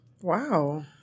Wow